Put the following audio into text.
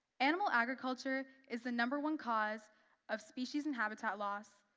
animal agriculture is the number one cause of species and habitat loss,